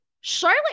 Charlotte